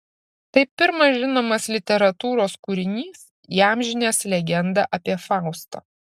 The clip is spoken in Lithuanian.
tai pirmas žinomas literatūros kūrinys įamžinęs legendą apie faustą